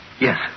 Yes